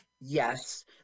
Yes